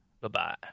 Bye-bye